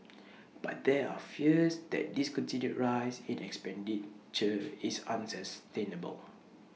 but there are fears that this continued rise in is unsustainable